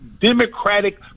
Democratic